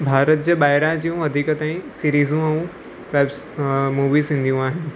भारत जे ॿाहिरां जूं वधीक ताईं सीरीज़ूं ऐं वैब मूवीस ईंदियूं आहिनि